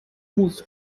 muss